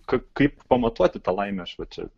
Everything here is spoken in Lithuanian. ka kaip pamatuoti tą laimę aš va čia